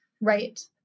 Right